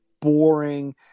boring